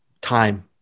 time